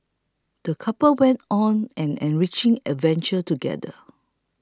the couple went on an enriching adventure together